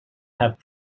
have